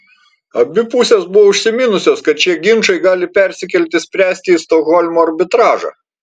abi pusės buvo užsiminusios kad šie ginčai gali persikelti spręsti į stokholmo arbitražą